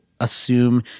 assume